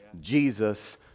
Jesus